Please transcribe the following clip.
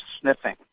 sniffing